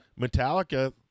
Metallica